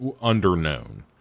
under-known